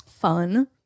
Fun